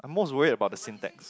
I'm most worried about the syntax